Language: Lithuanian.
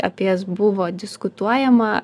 apie jas buvo diskutuojama